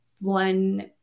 one